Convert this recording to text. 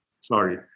Sorry